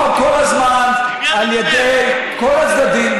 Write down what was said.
הוא הופר כל הזמן על ידי כל הצדדים,